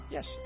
Yes